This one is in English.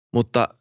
Mutta